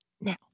now